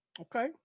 Okay